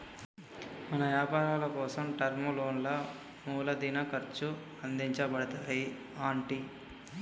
మన యపారాలకోసం టర్మ్ లోన్లా మూలదిన ఖర్చు అందించబడతాయి అంటి